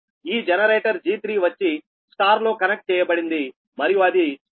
ఈ generator G3 వచ్చి Y లో కనెక్ట్ చేయబడింది మరియు అది 30 MVA 13